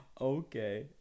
okay